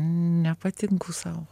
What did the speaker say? nepatinku sau